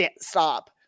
stop